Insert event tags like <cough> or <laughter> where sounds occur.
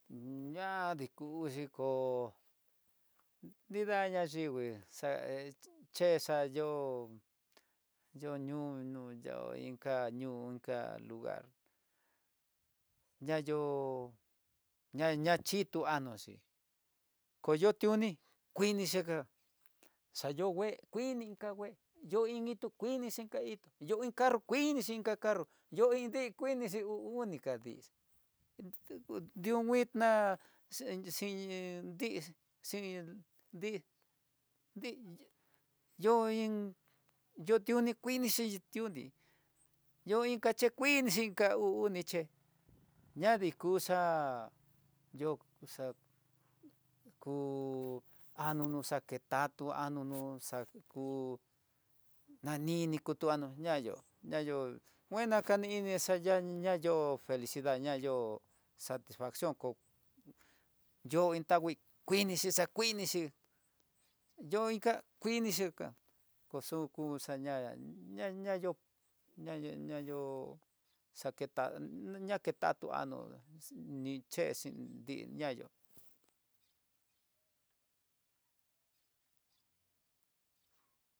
<hesitation> ña dikuxhi kó nrida ña nringui xa che xa yo'ó, yo ñunu inka ñoo inka lugar ñayo ña-ña xhito añoxhi, koyotiuni kuini xaka xa yo ngue kui ni inka ngue yo nguitu nguinixi inka nguitú yo, yo iin carro kuinixhi inka carro yo iin kuinixhi unika ndii ndiu nguina xakin dixhi xhin dii yii yo iin yo tioni kuinixhi yo iin kaxhikuinixi inka uu oni ché ña dikuxa yo xako anono xaketakoá anono xaku nanini kutuano ñayo ñayon ngue nakani ini xayó felicidad ña yo sastifación kó yo iin tangui kuinixhi xa kuinixhi yo inka kuinixhi inka koxuku xaña ñaña ñayo ñayó ko xaketa ñaquetatuá ano ni xhexi nriñayu.